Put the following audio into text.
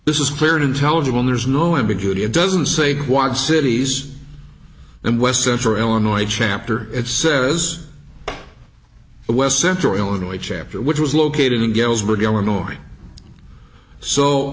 this is clearly intelligible news no ambiguity it doesn't say quad cities and west central illinois chapter it says west central illinois chapter which was located in galesburg illinois so